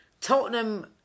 Tottenham